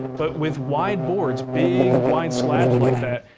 but with wide boards, big, wide slabs like that,